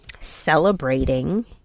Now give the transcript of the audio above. celebrating